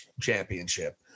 Championship